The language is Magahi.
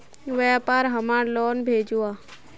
व्यापार हमार लोन भेजुआ?